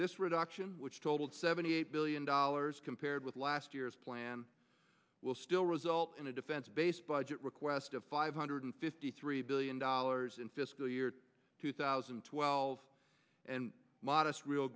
this reduction which totaled seventy eight billion dollars compared with last year's plan will still result in a defense base budget request of five hundred fifty three billion dollars in fiscal year two thousand and twelve and modest real